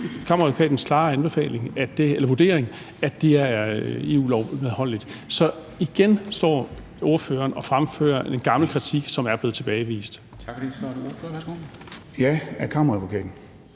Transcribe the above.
Kammeradvokatens klare vurdering, at det er EU-lovmedholdeligt. Så igen står ordføreren og fremfører en gammel kritik, som er blevet tilbagevist. Kl. 09:15 Formanden (Henrik Dam Kristensen):